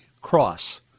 cross